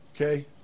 Okay